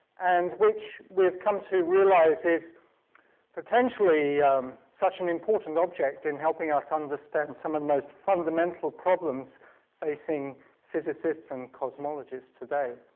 and which we've come to realise, is potentially such an important object in helping us understand some of the most fundamental problems facing physicists and cosmologists today.